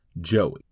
joey